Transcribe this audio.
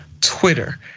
Twitter